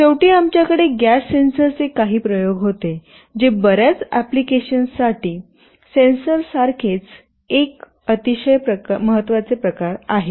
आणि शेवटी आमच्याकडे गॅस सेन्सरचे काही प्रयोग होते जे बर्याच अप्लिकेशन्ससाठी सेन्सरसारखेच एक अतिशय महत्त्वाचे प्रकार आहे